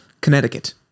Connecticut